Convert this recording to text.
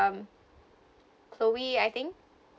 um Chloe I think